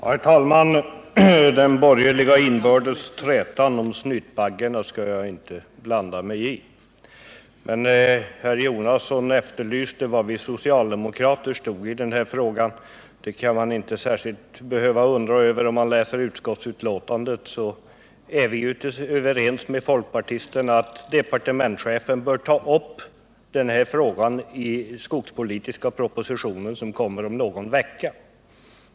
Herr talman! Den borgerliga inbördes trätan om snytbaggarna skall jag inte blanda mig i, men herr Jonasson efterlyste var vi socialdemokrater står i frågan. Ja, det behöver ingen undra särskilt mycket över. Det framgår av utskottsbetänkandet att vi är överens med folkpartisterna om att departementschefen bör ta upp saken i den skogspolitiska proposition som kommer om någon vecka.